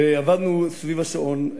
ועבדנו סביב השעון,